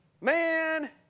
Man